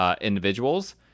individuals